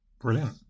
brilliant